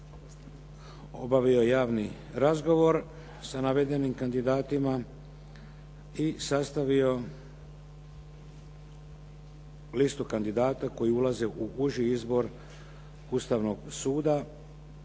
obavio javni razgovor sa navedenim kandidatima i sastavio listu kandidata koji ulaze u uži izbor Ustavnog suda